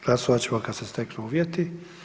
Glasovat ćemo kada se steknu uvjeti.